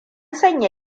sanya